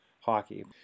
hockey